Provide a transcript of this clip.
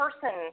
person